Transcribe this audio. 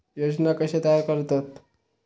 योजना कशे तयार करतात?